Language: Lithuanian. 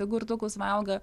jogurtukus valgo